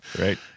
Right